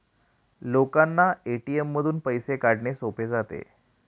लोकांना ए.टी.एम मधून पैसे काढणे सोपे जाते